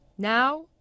Now